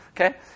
okay